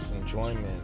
enjoyment